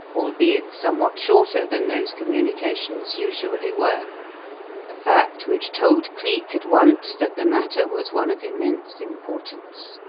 albeit somewhat shorter than those communications usually were a fact which told cleek at once that the matter was one of immense importance.